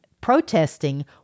protesting